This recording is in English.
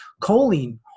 choline